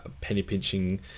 penny-pinching